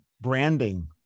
branding